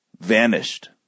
vanished